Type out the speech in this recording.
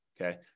Okay